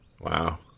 wow